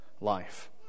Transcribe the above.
life